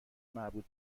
مربوط